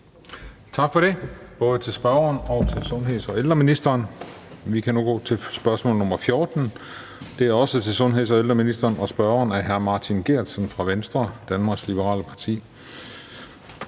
Tak for det både til spørgeren og til sundheds- og ældreministeren. Vi kan nu gå til spørgsmål nr. 14, som også er til sundheds- og ældreministeren, og spørgeren er hr. Martin Geertsen fra Venstre, Danmarks Liberale Parti.